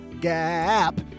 GAP